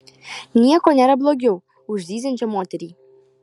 nieko nėra blogiau už zyziančią moterį